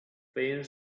phil